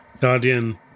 guardian